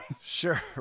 Sure